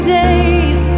days